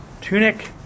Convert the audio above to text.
tunic